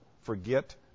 forget